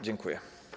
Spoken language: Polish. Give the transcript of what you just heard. Dziękuję.